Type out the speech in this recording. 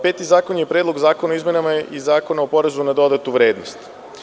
Peti zakon jeste Predlog zakona o izmenama i Zakona o porezu na dodatnu vrednost.